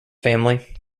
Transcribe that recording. family